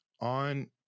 on